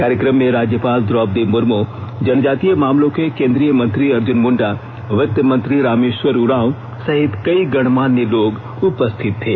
कार्यक्रम में राज्यपाल द्रौपदी मुर्मू जनजातीय मामलों के केन्द्रीय मंत्री अर्जुन मुण्डा वित्तमंत्री रामेश्वर उराँव सहित कई गणमान्य लोग उपस्थित थे